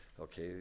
Okay